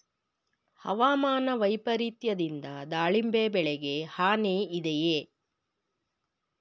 ಹವಾಮಾನ ವೈಪರಿತ್ಯದಿಂದ ದಾಳಿಂಬೆ ಬೆಳೆಗೆ ಹಾನಿ ಇದೆಯೇ?